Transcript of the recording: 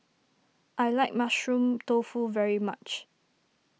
I like Mushroom Tofu very much